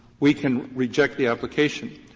we can reject the application.